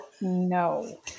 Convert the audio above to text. no